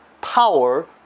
power